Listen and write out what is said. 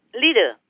leader